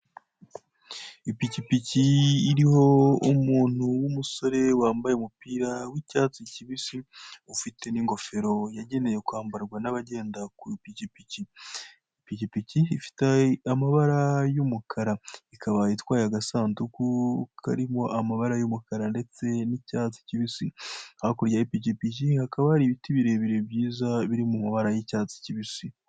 Ipikipiki iriho umuntu w'umusore wambaye umupira w'icyatsi kibisi, ufite n'ingofero yagenewe kwambarwa n'abagenda ku ipikipiki. Ipikipiki ifite amabara y'umukara ikaba itwaye agasanduku karimo amabara y'umukara ndetse n'icyatsi kibisi hakurya y'ipikipiki hakaba hari ibiti birebire byiza biri mu mabara y'icyatsi kibisi.